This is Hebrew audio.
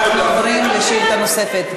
אנחנו עוברים לשאלה נוספת.